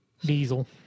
Diesel